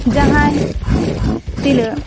ᱡᱟᱦᱟᱸᱭ ᱛᱤᱱᱟᱹᱜ